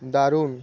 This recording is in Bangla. দারুণ